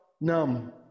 numb